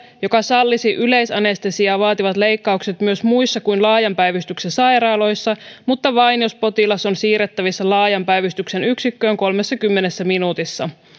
joka sallisi yleisanestesiaa vaativat leikkaukset myös muissa kuin laajan päivystyksen sairaaloissa mutta vain jos potilas on siirrettävissä laajan päivystyksen yksikköön kolmessakymmenessä minuutissa